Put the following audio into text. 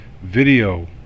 video